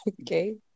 Okay